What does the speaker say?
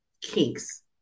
kinks